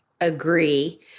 Agree